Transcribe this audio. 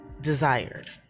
desired